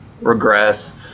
regress